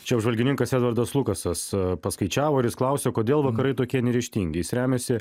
čia apžvalgininkas edvardas lukasas paskaičiavo ir jis klausė kodėl vakarai tokie neryžtingi jis remiasi